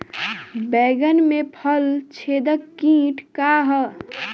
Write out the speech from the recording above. बैंगन में फल छेदक किट का ह?